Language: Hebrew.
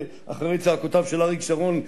אחרי זעקותיו של אריק שרון,